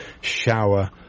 shower